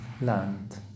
Land